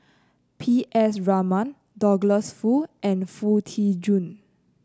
P S Raman Douglas Foo and Foo Tee Jun